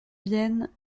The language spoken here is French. vienne